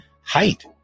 height